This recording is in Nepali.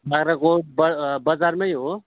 बाग्राकोट ब अ बजारमै हो